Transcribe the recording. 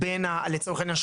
לצורך העניין,